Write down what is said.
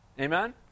Amen